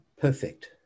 perfect